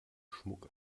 schmuck